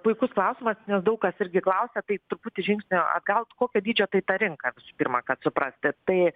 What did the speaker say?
puikus klausimas nes daug kas irgi klausia tai truputį žingsnį atgal kokio dydžio tai ta rinka pirma kad suprasti tai